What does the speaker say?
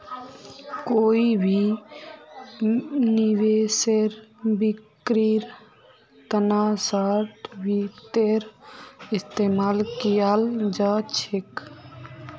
कोई भी निवेशेर बिक्रीर तना शार्ट वित्तेर इस्तेमाल कियाल जा छेक